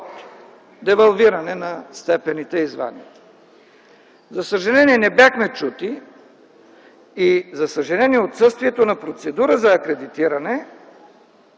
девалвиране на степените и званията. За съжаление не бяхме чути и за съжаление отсъствието на процедура за акредитиране